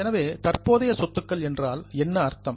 எனவே தற்போதைய சொத்துக்கள் என்றால் என்ன அர்த்தம்